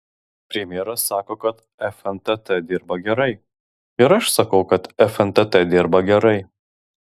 premjeras sako kad fntt dirba gerai ir aš sakau kad fntt dirba gerai